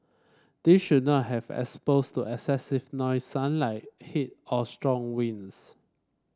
they should not have exposed to excessive noise sunlight heat or strong winds